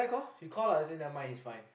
we call lah as in never mind it's fine